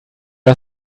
are